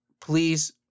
Please